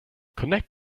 connect